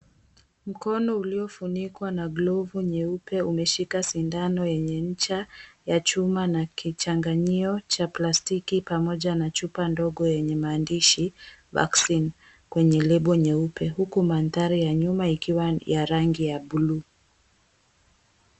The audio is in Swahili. Mkono uliofunikwa na glovu nyeupe umeshika sindano yenye ncha ya chuma na kichanganyio cha plastiki pamoja na chupa ndogo yenye maandishi vaccine kwenye lebo nyeupe huku mandhari ya nyuma ikiwa ya rangi ya buluu.